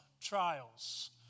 trials